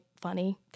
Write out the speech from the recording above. funny